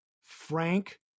Frank